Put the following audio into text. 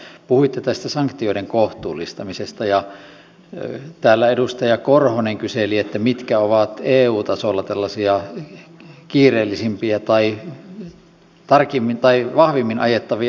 puhuitte tästä sanktioiden kohtuullistamisesta ja täällä edustaja korhonen kyseli mitkä ovat eu tasolla tällaisia kiireellisimpiä tai vahvimmin ajettavia asioita